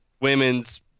Women's